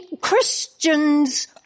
Christians